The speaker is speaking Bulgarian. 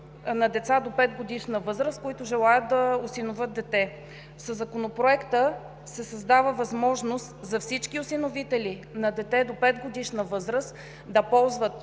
на деца до 5-годишна възраст, които желаят да осиновят дете. Със Законопроекта се създава възможност за всички осиновители на дете до 5-годишна възраст да ползват